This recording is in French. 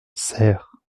serres